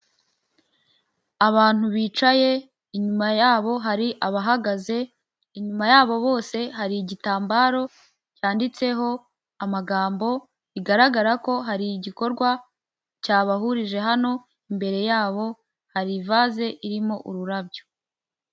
Abantu bicaye inyuma yabo hari abahagaze, inyuma yabo bose hari igitambaro cyanditseho amagambo bigaragara ko hari igikorwa cyabahurije hano, imbere yabo hari ivaze irimo ururabyo.